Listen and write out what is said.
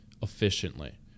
efficiently